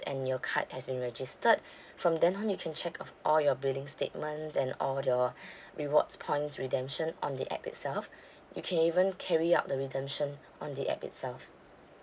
and your card has been registered from then on you can check off all your billing statements and all your rewards points redemption on the app itself you can even carry out the redemption on the app itself